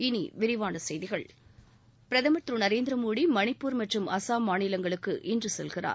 இனி விரிவான செய்திகள் பிரதமர் திரு நரேந்திர மோடி மணிப்பூர் மற்றும் அசாம் மாநிலங்களுக்கு இன்று செல்கிறார்